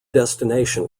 destination